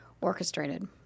orchestrated